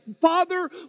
Father